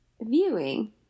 viewing